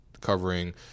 covering